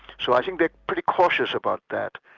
so i think they're pretty cautious about that.